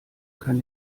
kann